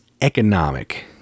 economic